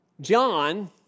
John